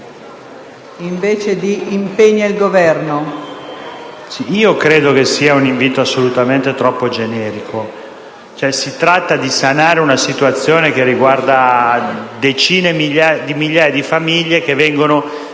Credo che sia un impegno assolutamente troppo generico. Si tratta cioè di sanare una situazione che riguarda decine di migliaia di famiglie che vengono